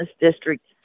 district